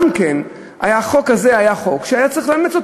את החוק הזה היה צריך לאמץ.